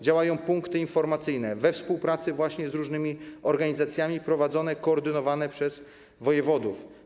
Działają punkty informacyjne we współpracy właśnie z różnymi organizacjami prowadzone, koordynowane przez wojewodów.